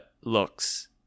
looks